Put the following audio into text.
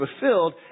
fulfilled